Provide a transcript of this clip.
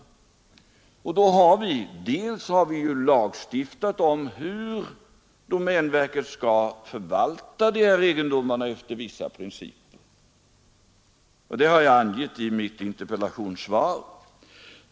Och vi har bl.a. lagstiftat om efter vilka principer domänverket skall förvalta de här egendomarna — detta har jag angett i mitt interpellationssvar.